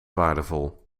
waardevol